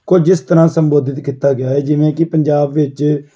ਕੁਝ ਇਸ ਤਰ੍ਹਾਂ ਸੰਬੋਧਿਤ ਕੀਤਾ ਗਿਆ ਹੈ ਜਿਵੇਂ ਕਿ ਪੰਜਾਬ ਵਿੱਚ